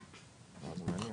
זה מעניין.